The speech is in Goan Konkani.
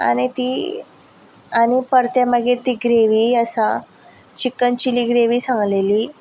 आनी ती आनी परती मागीर ती ग्रेवी आसा चिकन चिली ग्रेवी सांगलेली